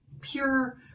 pure